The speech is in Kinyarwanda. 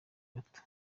bato